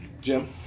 Jim